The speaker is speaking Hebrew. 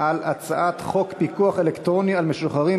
על הצעת חוק פיקוח אלקטרוני על משוחררים